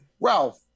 Ralph